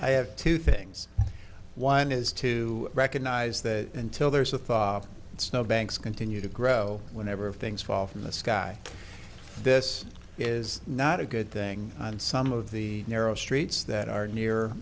i have two things one is to recognize that until there is a thaw and snow banks continue to grow whenever things fall from the sky this is not a good thing on some of the narrow streets that are near